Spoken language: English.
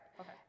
okay